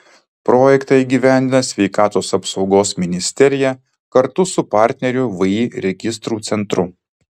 projektą įgyvendina sveikatos apsaugos ministerija kartu su partneriu vį registrų centru